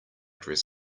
dress